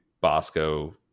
Bosco